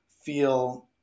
feel